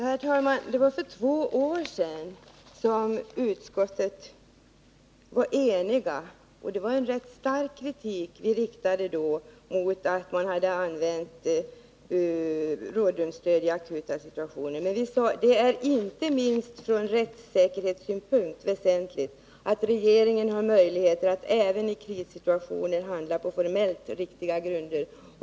Herr talman! För två år sedan riktade ett enigt utskott rätt stark kritik mot att regeringen hade givit företag rådrumsstöd i akuta situationer. Men vi sade att det är inte minst från rättssäkerhetssynpunkt väsentligt att regeringen har möjligheter att även i krissituationer handla på formellt riktiga grunder.